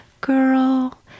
girl